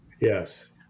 Yes